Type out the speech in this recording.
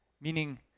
Meaning